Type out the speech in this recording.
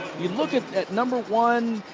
you look at at number one,